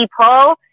people